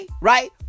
Right